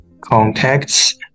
contacts